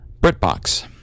BritBox